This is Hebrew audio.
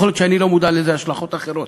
יכול להיות שאני לא מודע לאיזה השלכות אחרות.